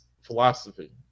philosophy